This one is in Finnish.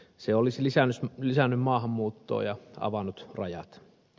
se olisi lisännyt maahanmuuttoa ja avannut rajat